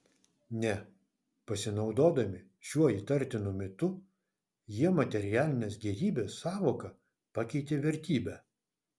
ne pasinaudodami šiuo įtartinu mitu jie materialinės gėrybės sąvoką pakeitė vertybe